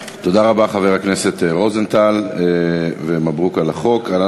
החוק עבר בקריאה שלישית וייכנס לספר החוקים של מדינת ישראל.